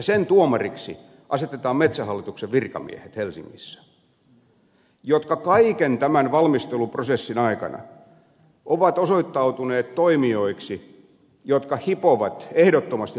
sen tuomariksi asetetaan metsähallituksen virkamiehet helsingissä jotka kaiken tämän valmisteluprosessin aikana ovat osoittautuneet toimijoiksi jotka hipovat ehdottomasti hallintomenettelylain rajoja